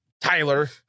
tyler